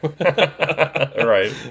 Right